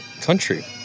country